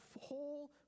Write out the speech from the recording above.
whole